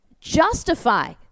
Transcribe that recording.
justify